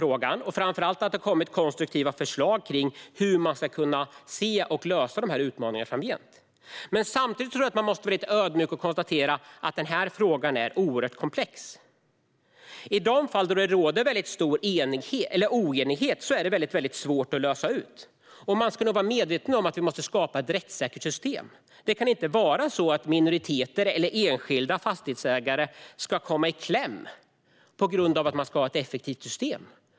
Framför allt är det bra att det har kommit konstruktiva förslag till hur man ska kunna se på och lösa utmaningarna framgent. Samtidigt tror jag att man måste vara lite ödmjuk och konstatera att frågan är oerhört komplex. I de fall där det råder stor oenighet är det svårt att lösa ut det hela. Man ska vara medveten om att vi måste skapa ett rättssäkert system. Det kan inte vara så att minoriteter eller enskilda fastighetsägare ska komma i kläm på grund av att man ska ha ett effektivt system.